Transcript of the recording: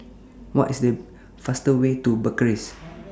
What IS The fastest Way to Bucharest